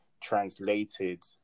translated